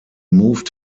moved